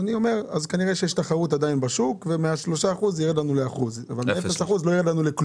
כנראה שיש תחרות בשוק ומה-3 אחוזים זה ירד לנו לאחוז אבל מאפס אחוז,